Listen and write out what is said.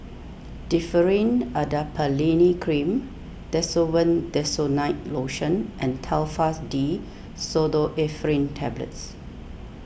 Differin Adapalene Cream Desowen Desonide Lotion and Telfast D Pseudoephrine Tablets